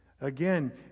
Again